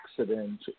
accident